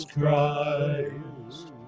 Christ